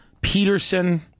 Peterson